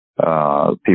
People